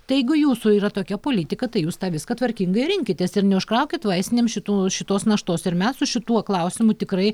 tai jeigu jūsų yra tokia politika tai jūs tą viską tvarkingai ir rinkitės ir neužkraukit vaistinėm šitų šitos naštos ir mes su šituo klausimu tikrai